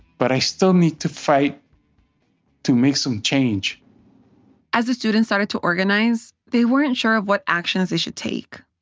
but i still need to fight to make some change as the students started to organize, they weren't sure of what actions they should take,